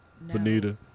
Benita